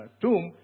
tomb